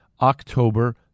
October